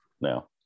now